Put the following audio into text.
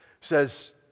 says